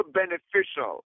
beneficial